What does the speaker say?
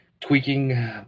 tweaking